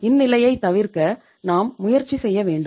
இந்நிலையை தவிர்க்க நாம் முயற்சி செய்ய வேண்டும்